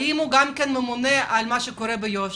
האם הוא גם ממונה על מה שקורה ביו"ש?